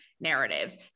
narratives